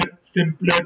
simpler